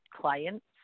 clients